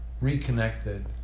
reconnected